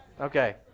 Okay